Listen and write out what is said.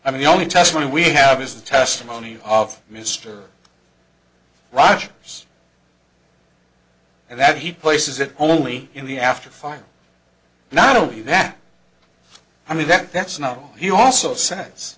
i mean the only test when we have is the testimony of mr rogers and that he places it only in the after fire not only that i mean that that's not all he also sense